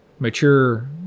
Mature